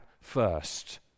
first